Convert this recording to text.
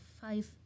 five